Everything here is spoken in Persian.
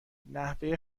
نحوه